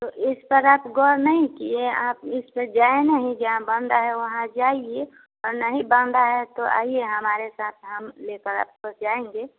तो इस पर आप ग़ौर नहीं किए आप इस पर जाए नहीं जहाँ बंद है वहाँ जाइए और नहीं बाँधा है तो आइए हमारे साथ हम लेकर आपको जाएँगे